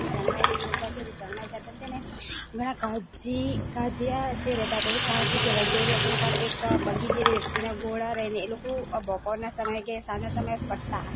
ચણવાઈ છે રોડ પર છે તો ચણવાઈ જતા છે ને ઘણા કાઝીયા જે રહેતા હતા તે કાઝી કહેવાય છે એ લોકોના પણ એક બગી જેવી રહેતી હતી ને એના ઘોડા રહે ને એ લોકો બપોરના સમયે કે સાંજના સમયે ફરતા